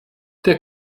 der